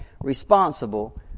responsible